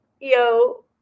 yo